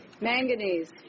manganese